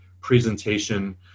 presentation